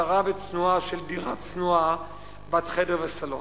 צרה וצנועה של דירה צנועה בת חדר וסלון.